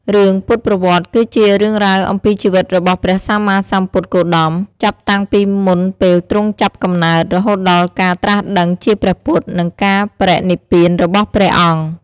រឿងពុទ្ធប្រវត្តិ គឺជា រឿងរ៉ាវអំពីជីវិតរបស់ព្រះសម្មាសម្ពុទ្ធគោតម ចាប់តាំងពីមុនពេលទ្រង់ចាប់កំណើត រហូតដល់ការត្រាស់ដឹងជាព្រះពុទ្ធ និងការបរិនិព្វានរបស់ព្រះអង្គ។